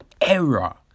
error